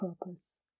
Purpose